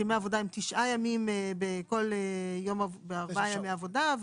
שימי עבודה הם תשעה ימים בארבעה ימי עבודה.